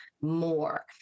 more